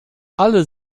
alle